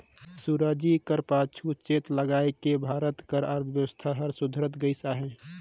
सुराजी कर पाछू चेत लगाएके भारत कर अर्थबेवस्था हर सुधरत गइस अहे